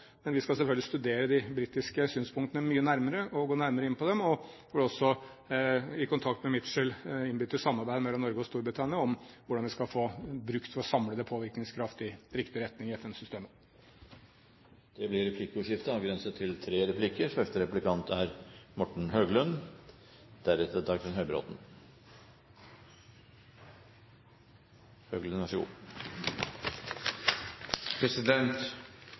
men vi skal selvfølgelig studere de britiske synspunktene og gå nærmere inn på dem, og også, i kontakt med Mitchell, innby til samarbeid mellom Norge og Storbritannia om hvordan vi skal få brukt vår samlede påvirkningskraft i riktig retning i FN-systemet. Det blir replikkordskifte. Statsråden sier at Norge har vært en pådriver for reform, og det tror jeg vi er